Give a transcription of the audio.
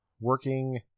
working